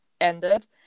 ended